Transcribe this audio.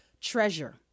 treasure